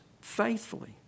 faithfully